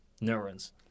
neurons